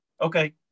Okay